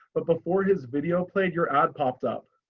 but before his video played, your ad popped up.